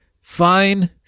fine